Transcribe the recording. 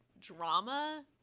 drama